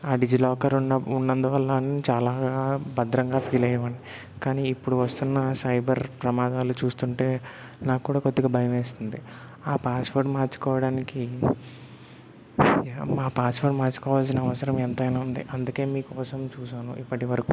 ఆ డిజిలాకర్ ఉన్న ఉన్నందువల్ల అన్ చాలా భద్రంగా ఫీల్ అయ్యేవాడ్ని కానీ ఇప్పుడు వస్తున్న సైబర్ ప్రమాదాలు చూస్తుంటే నాక్కూడా కొద్దిగా భయమేస్తుంది ఆ పాస్వర్డ్ మార్చుకోవడానికి ఇక మా పాస్వర్డ్ మార్చుకోవాల్సిన అవసరం ఎంతైనా ఉంది అందుకే మీకోసం చూశాను ఇప్పటివరకు